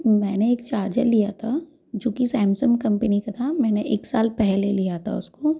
मैंने एक चार्जर लिया था जो कि सैमसंग कम्पनी का था मैंने एक साल पहले लिया था उसको